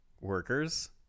workers